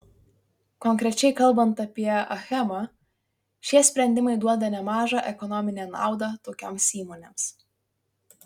konkrečiai kalbant apie achemą šie sprendimai duoda nemažą ekonominę naudą tokioms įmonėms